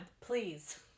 please